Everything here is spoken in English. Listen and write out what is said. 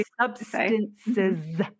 Substances